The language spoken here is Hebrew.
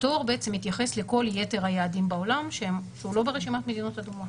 הפטור מתייחס לכל יתר היעדים בעולם שהוא לא ברשימת מדינות אדומות.